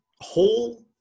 whole